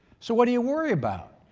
so what do you worry about?